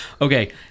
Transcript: Okay